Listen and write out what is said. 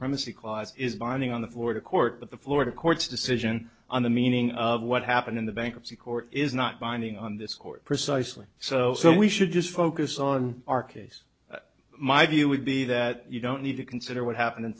privacy clause is binding on the florida court but the florida courts decision on the meaning of what happened in the bankruptcy court is not binding on this court precisely so so we should just focus on our case my view would be that you don't need to consider what happened in